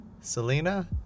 Selena